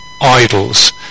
idols